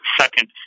second